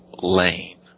lane